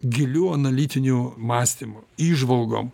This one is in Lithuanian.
giliu analitiniu mąstymu įžvalgom